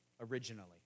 originally